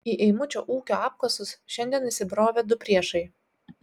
į eimučio ūkio apkasus šiandien įsibrovė du priešai